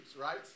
right